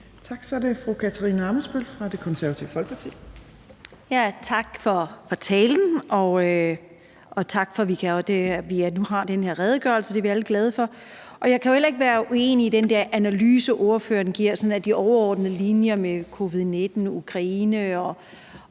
Tak for talen, og tak for, at vi nu har den her redegørelse. Det er vi alle glade for. Og jeg kan jo heller ikke være uenig i den der analyse, ordføreren giver af de sådan overordnede linjer med covid-19 og Ukraine.